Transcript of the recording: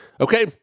Okay